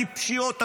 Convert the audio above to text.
הטיפשיות,